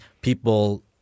people